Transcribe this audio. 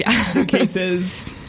suitcases